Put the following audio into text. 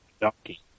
donkey